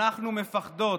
אנחנו מפחדות,